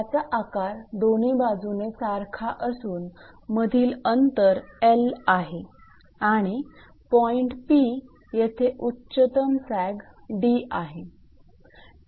याचा आकार दोन्ही बाजूने सारखा असून मधील अंतर 𝐿 आहे आणि पॉईंट 𝑃 येथे उच्चतम सॅग 𝑑 आहे